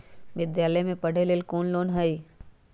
विद्यालय में पढ़े लेल कौनो लोन हई?